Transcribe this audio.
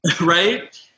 Right